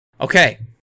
Okay